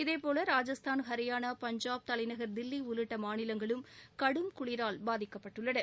இதேபோல ராஜஸ்தான் ஹரியானா பஞ்சாப் தலைநகர் தில்ல உள்ளிட்ட மாநிலங்களும் கடும் குளிரில் சிக்கியுள்ளன